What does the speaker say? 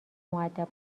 مودب